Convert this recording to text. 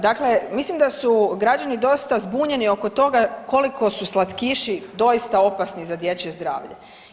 Dakle, mislim da su građani doista zbunjeni oko toga koliko su slatkiši doista opasni za dječje zdravlje.